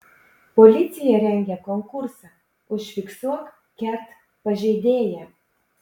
policija rengia konkursą užfiksuok ket pažeidėją